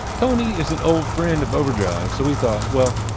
tony is an old friend of overdrive, so we thought well,